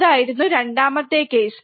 അതായിരുന്നു രണ്ടാമത്തെ കേസ്